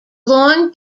long